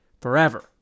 forever